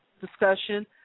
discussion